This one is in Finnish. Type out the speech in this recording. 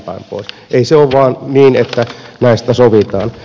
ei se ole vain niin että näistä sovitaan